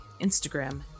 Instagram